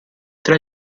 tra